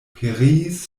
pereis